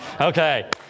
Okay